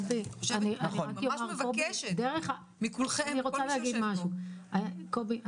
אני ממש מבקשת מכל מי שיושב פה --- קובי,